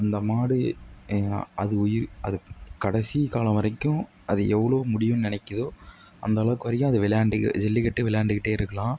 இந்த மாடு அது உயிர் அது கடைசி காலம் வரைக்கும் அது எவ்வளோ முடியும்னு நினைக்கிதோ அந்தளவுக்கு வரைக்கும் அது விளையாண்டு ஜல்லிக்கட்டு விளையாண்டுக்கிட்டே இருக்கலாம்